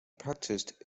practised